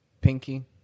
Pinky